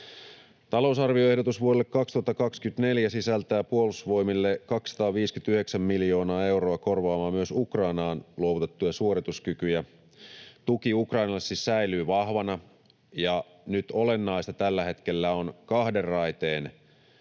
Talousarvioehdotus vuodelle 2024 sisältää Puolustusvoimille 259 miljoonaa euroa korvaamaan myös Ukrainaan luovutettuja suorituskykyjä. Tuki Ukrainalle siis säilyy vahvana, ja nyt olennaista tällä hetkellä on kahden raiteen